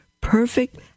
Perfect